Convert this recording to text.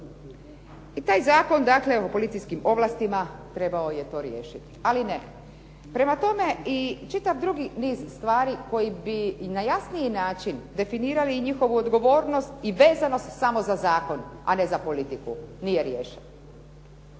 I taj zakon dakle evo policijskim ovlastima trebao je to riješiti, ali ne. Prema tome, i čitav drugi niz stvari koji bi na jasniji način definirali i njihovu odgovornost i vezanost samo za zakon a ne za politiku nije riješen.